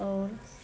और